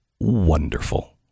wonderful